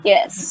Yes